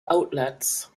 outlets